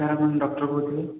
sir ଆପଣ doctor କହୁଥିଲେ